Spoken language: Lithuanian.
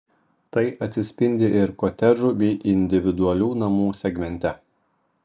tai atsispindi ir kotedžų bei individualių namų segmente